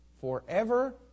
forever